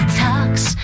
talks